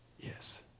Yes